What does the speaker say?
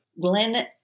Glenn